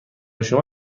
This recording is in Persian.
شما